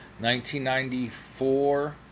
1994